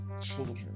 children